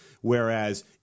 Whereas